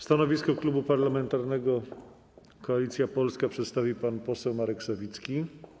Stanowisko Klubu Parlamentarnego Koalicja Polska przedstawi pan poseł Marek Sawicki.